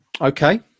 Okay